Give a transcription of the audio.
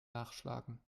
nachschlagen